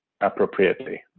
appropriately